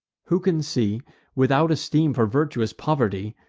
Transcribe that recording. who can see without esteem for virtuous poverty,